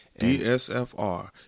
DSFR